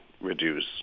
reduce